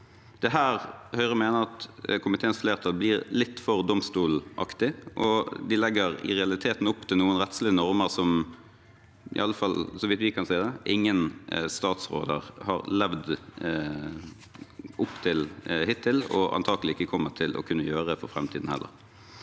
er her Høyre mener at komiteens flertall blir litt for domstolaktig, og de legger i realiteten opp til noen rettslige normer som i alle fall så vidt vi kan se, ingen statsråder har levd opp til hittil og antakelig ikke kommer til å kunne gjøre for framtiden heller.